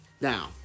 Now